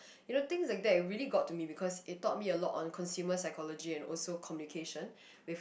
you know thing like that really got to me because it taught me a lot on consumer psychology and also communication with